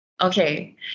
okay